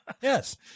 Yes